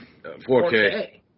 4K